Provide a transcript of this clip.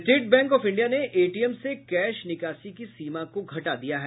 state bank of India ने ATM से cash निकासी की सीमा को घटा दिया है